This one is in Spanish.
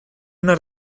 una